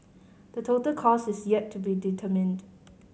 the total cost is yet to be determined